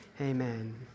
Amen